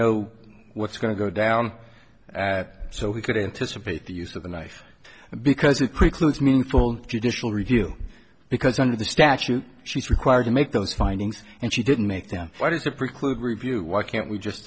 know what's going to go down so he could anticipate the use of the knife because it precludes meaningful judicial review because under the statute she's required to make those findings and she didn't make them why does that preclude review why can't we just